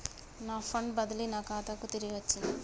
నా ఫండ్ బదిలీ నా ఖాతాకు తిరిగచ్చింది